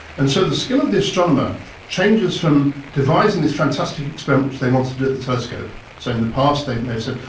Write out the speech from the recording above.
and so the skill of the astronomer changes from devising this fantastic experiment which they want to do at the telescope, so in the past they may have said,